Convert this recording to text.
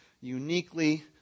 uniquely